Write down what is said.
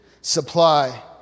supply